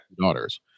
daughters